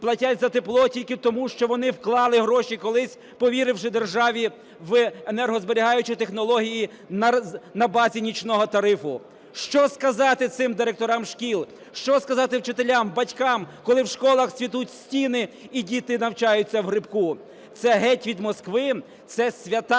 платять за тепло тільки тому, що вони вклали гроші колись, повіривши державі, в енергозберігаючі технології на базі нічного тарифу. Що сказати цим директорам шкіл? Що сказати вчителям, батькам, коли в школах цвітуть стіни і діти навчаються в грибку? Це – "Геть від Москви!"? Це свята